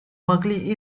могли